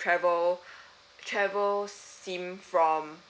travel travel SIM from